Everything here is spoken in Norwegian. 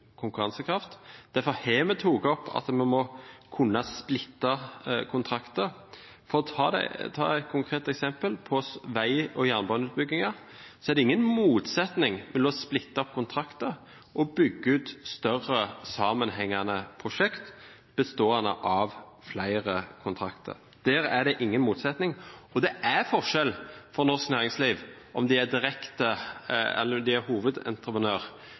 konkurransekraft. Derfor har vi tatt opp at vi må kunne splitte kontrakter. For å ta et konkret eksempel: På vei- og jernbaneutbyggingen er det ingen motsetning mellom å splitte opp kontrakter og å bygge ut større, sammenhengende prosjekter bestående av flere kontrakter. Der er det ingen motsetning, og det er forskjell for norsk næringsliv på om man er hovedentreprenør